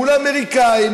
מול האמריקנים,